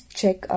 check